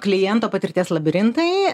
kliento patirties labirintai